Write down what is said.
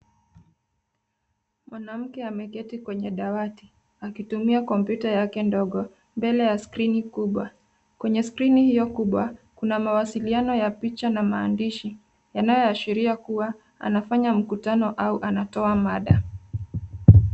Mwanamke ameketi kwenye dawati akitumia kompyuta yake ndogo mbele ya skrini kubwa. Kwenye skrini hiyo kubwa kuna mawasiliano ya picha na maandishi yanayoashiria kuwa wanafanya mkutano au anatoa mada.